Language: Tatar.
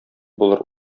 булыр